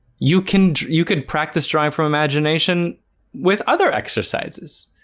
you can you could practice drive from imagination with other exercises.